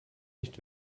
nicht